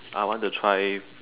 I want to try